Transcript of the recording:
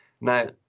Now